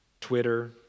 Twitter